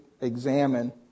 examine